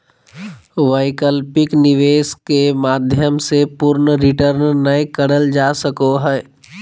वैकल्पिक निवेश के माध्यम से पूर्ण रिटर्न नय करल जा सको हय